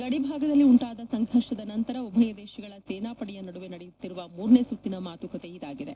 ಗಡಿ ಭಾಗದಲ್ಲಿ ಉಂಟಾದ ಸಂಘರ್ಷದ ನಂತರ ಉಭಯ ದೇಶಗಳ ಸೇನಾಪಡೆಯ ನಡುವೆ ನಡೆಯುತ್ತಿರುವ ಮೂರನೇ ಸುತ್ತಿನ ಮಾತುಕತೆ ಇದಾಗಿದೆ